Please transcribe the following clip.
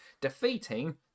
defeating